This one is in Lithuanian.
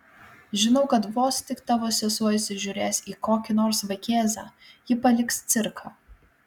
žinau kad vos tik tavo sesuo įsižiūrės į kokį nors vaikėzą ji paliks cirką